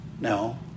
No